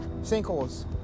Sinkholes